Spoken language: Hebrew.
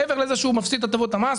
מעבר לזה שהוא מפסיד את הטבות המס,